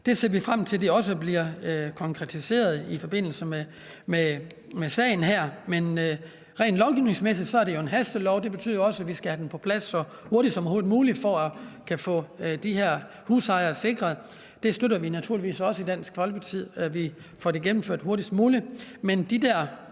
Det ser vi også frem til bliver konkretiseret i forbindelse med sagen her. Men rent lovgivningsmæssigt er det jo en hastelov, og det betyder, at vi skal have den på plads så hurtigt som overhovedet muligt for at kunne få de her husejere forsikret. Vi støtter naturligvis også i Dansk Folkeparti, at det bliver gennemført hurtigst muligt. Men de her